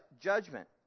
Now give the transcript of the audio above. judgment